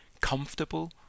comfortable